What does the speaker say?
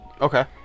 Okay